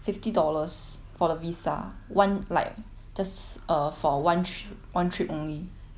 fifty dollars for the visa one like just uh for one one trip only